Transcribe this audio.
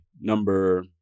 number